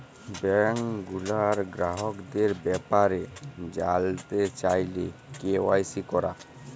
bank গুলার গ্রাহকদের ব্যাপারে জালতে চাইলে কে.ওয়াই.সি ক্যরা